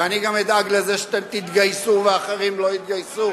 ואני גם אדאג לזה שאתם תתגייסו ואחרים לא יתגייסו.